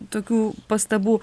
tokių pastabų